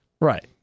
right